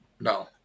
No